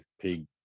pig